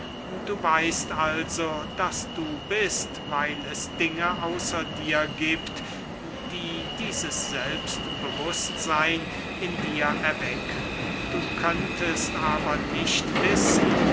du weißt also daß du bist weil es dinge außer dir giebt die dieses selbstbewußtseyn in dir erwecken du könntest aber nicht wissen